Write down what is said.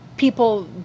people